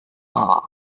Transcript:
are